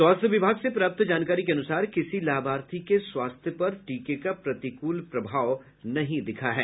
स्वास्थ्य विभाग से प्राप्त जानकारी के अनुसार किसी लाभार्थी के स्वास्थ्य पर टीके का प्रतिकूल प्रभाव नहीं दिखा है